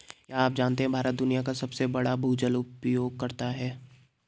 क्या आप जानते है भारत दुनिया का सबसे बड़ा भूजल उपयोगकर्ता है?